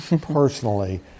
personally